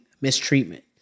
mistreatment